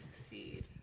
succeed